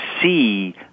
see